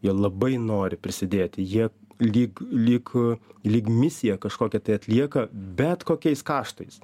jie labai nori prisidėti jie lyg lyg lyg misiją kažkokią tai atlieka bet kokiais kaštais